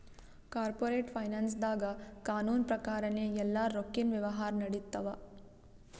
corporate ಫೈನಾನ್ಸ್ದಾಗ್ ಕಾನೂನ್ ಪ್ರಕಾರನೇ ಎಲ್ಲಾ ರೊಕ್ಕಿನ್ ವ್ಯವಹಾರ್ ನಡಿತ್ತವ